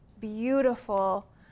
beautiful